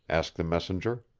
asked the messenger.